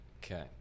Okay